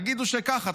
תגידו שככה,